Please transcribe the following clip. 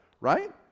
right